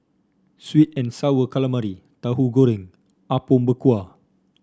sweet and sour calamari Tahu Goreng Apom Berkuah